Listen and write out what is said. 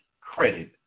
credit